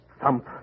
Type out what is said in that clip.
Thump